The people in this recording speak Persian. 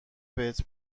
بهت